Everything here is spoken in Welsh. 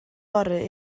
fory